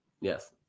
Yes